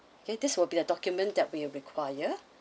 okay this will be the document that we'll require